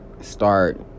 start